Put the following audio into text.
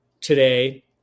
today